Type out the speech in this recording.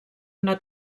una